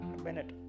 Bennett